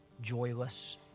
joyless